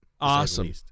Awesome